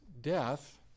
death